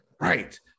right